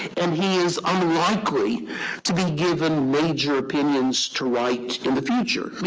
and he is unlikely to be given major opinions to write in the future. i mean,